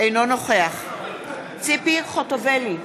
אינו נוכח ציפי חוטובלי,